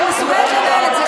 אני מסוגלת לנהל את זה.